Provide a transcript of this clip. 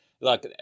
look